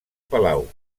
palau